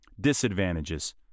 Disadvantages